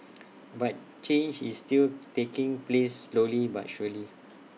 but change is still taking place slowly but surely